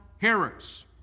hearers